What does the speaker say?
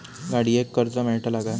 गाडयेक कर्ज मेलतला काय?